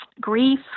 grief